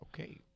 okay